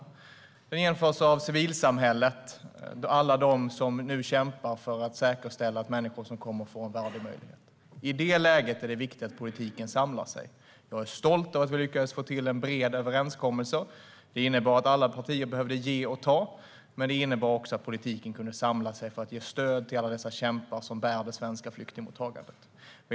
Denna insats genomförs av civilsamhället, det vill säga alla som nu kämpar för att säkerställa att människor som kommer hit får en värdig start. I detta läge är det viktigt att politiken samlar sig. Jag är stolt över att vi lyckades få till en bred överenskommelse. Det innebar att alla partier behövde ge och ta. Men det innebar också att politiken kunde samla sig för att ge stöd till alla dessa kämpar som bär det svenska flyktingmottagandet.